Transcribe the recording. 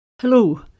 Hello